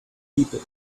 people